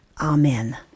Amen